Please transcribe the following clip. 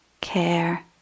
care